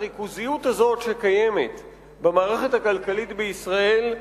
הריכוזיות הזאת הקיימת במערכת הכלכלית בישראל,